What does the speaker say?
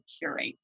curate